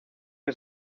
que